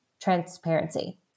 transparency